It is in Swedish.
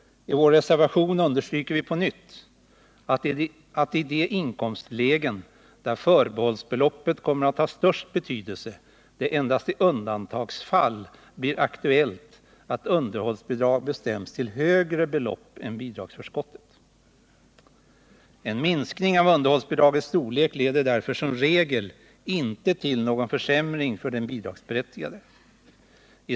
I vår resevation understryker vi på nytt att i de inkomstlägen där förbehållsbeloppet kommer att ha störst betydelse det endast i undantagsfall blir aktuellt att underhållsbidrag bestäms till högre belopp än bidragsförskottet. En minskning av underhållsbidragets storlek leder därför som regel inte till någon försämring för den bidragsberättigade.